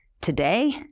today